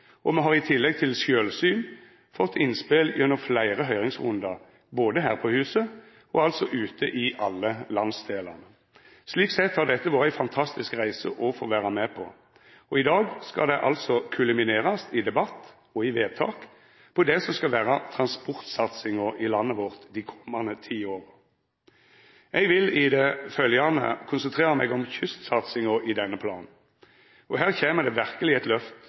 og me har i tillegg til sjølvsyn fått innspel gjennom fleire høyringsrundar både her på huset og altså ute i alle landsdelane. Slik sett har dette vore ei fantastisk reise å få vera med på, og i dag skal det altså kuliminerast i debatt og i vedtak om det som skal vera transportsatsinga i landet vårt dei komande ti åra. Eg vil i det følgjande konsentrera meg om kystsatsinga i denne planen. Her kjem det verkelege eit løft